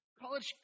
college